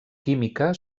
química